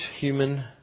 human